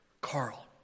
Carl